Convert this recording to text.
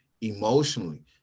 emotionally